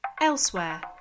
Elsewhere